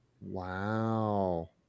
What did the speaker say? Wow